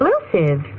exclusive